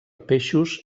peixos